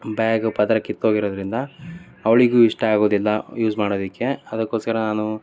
bag ಪದರ ಕಿತ್ತೋಗಿರೋದರಿಂದ ಅವಳಿಗೂ ಇಷ್ಟ ಆಗೋದಿಲ್ಲ ಯೂಸ್ ಮಾಡೋದಕ್ಕೆ ಅದಕ್ಕೋಸ್ಕರ ನಾನು